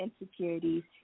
insecurities